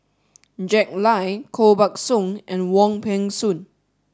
Jack Lai Koh Buck Song and Wong Peng Soon